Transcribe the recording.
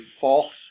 false